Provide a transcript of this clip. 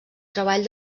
treball